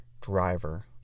driver